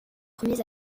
premiers